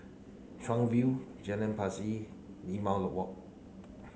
Chuan View Jalan Pacheli Limau Walk